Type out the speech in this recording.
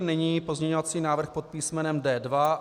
Nyní pozměňovací návrh pod písmenem D2.